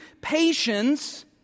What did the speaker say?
Patience